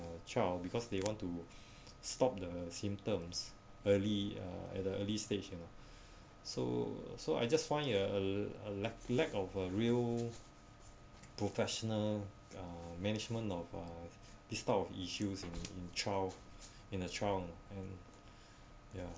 child because they want to stop the symptoms early uh at the early stage you know so so I just find a a a lack lack of a real professional uh management of uh this type of issues in twelve in a trunk and ya